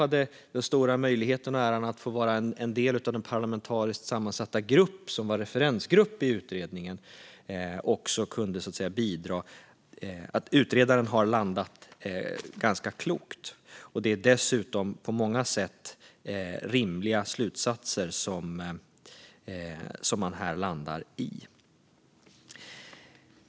Jag hade själv möjligheten och den stora äran att få vara en del av den parlamentariskt sammansatta grupp som var referensgrupp i utredningen. Det är på många sätt rimliga slutsatser som man här landar i.